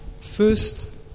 First